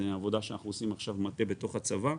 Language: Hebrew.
שזאת עבודה שאנחנו עושים בתוך הצבא,